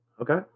Okay